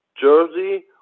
jersey